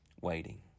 waiting